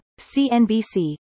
CNBC